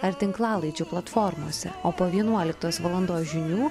ar tinklalaidžių platformose o po vienuoliktos valandos žinių